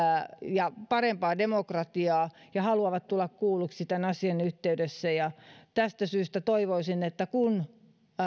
ja parempaa demokratiaa ja haluavat tulla kuulluiksi tämän asian yhteydessä tästä syystä toivoisin että kun